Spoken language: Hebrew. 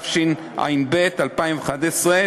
התשע"ב 2011,